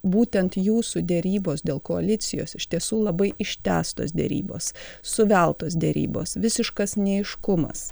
būtent jūsų derybos dėl koalicijos iš tiesų labai ištęstos derybos suveltos derybos visiškas neaiškumas